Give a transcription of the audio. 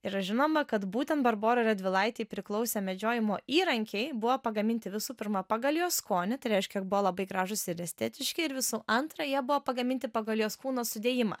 yra žinoma kad būtent barborai radvilaitei priklausė medžiojimo įrankiai buvo pagaminti visų pirma pagal jos skonį tai reiškia jog buvo labai gražūs ir estetiški ir visų antra jie buvo pagaminti pagal jos kūno sudėjimą